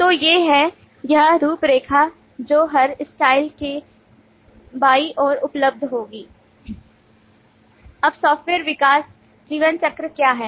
तो ये हैं यह रूपरेखा जो हर स्लाइड के बाईं ओर उपलब्ध होगी अब सॉफ्टवेयर विकास जीवनचक्र क्या है